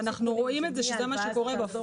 אנחנו רואים את זה, שזה מה שקורה בפועל.